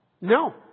No